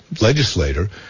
legislator